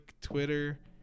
Twitter